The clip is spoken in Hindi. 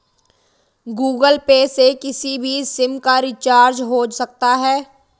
गूगल पे से किसी भी सिम का रिचार्ज हो सकता है